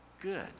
good